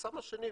החסם השני,